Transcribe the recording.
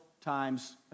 times